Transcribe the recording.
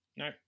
No